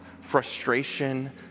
frustration